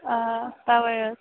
آ تَوَے حظ